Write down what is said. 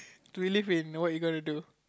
to believe in what you gonna do